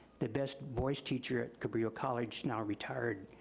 the best voice teacher at cabrillo college now retired.